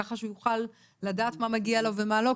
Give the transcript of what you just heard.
כך שהוא יוכל לדעת מה מגיע לו ומה לא.